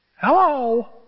Hello